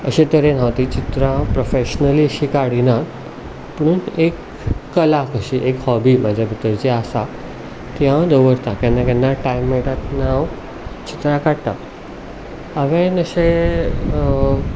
अशे तरेन हांव तीं चित्रां प्रोफेशन्ली अशीं काडिना पुणून एक कला कशी एक हॉबी म्हजे भितर जी आसा ती हांव दवरतां केन्ना केन्ना टायम मेळटा तेन्ना हांव चित्रां काडटा हांवें अशे